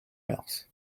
moeurs